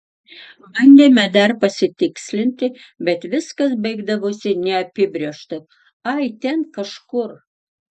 bandėme dar pasitikslinti bet viskas baigdavosi neapibrėžtu ai ten kažkur